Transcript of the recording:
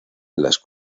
las